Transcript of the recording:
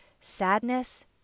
sadness